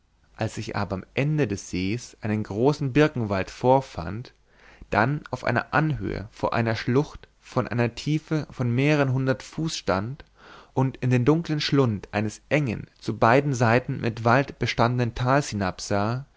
als ich aber am ende des sees einen großen birkenwald vorfand dann auf einer anhöhe vor einer schlucht von einer tiefe von mehreren hundert fuß stand und in den dunklen schlund eines engen zu beiden seiten mit wald bestandenen tales hinabsah